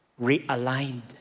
realigned